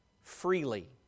freely